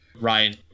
Ryan